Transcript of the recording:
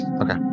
okay